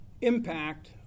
impact